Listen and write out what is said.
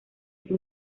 ese